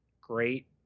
great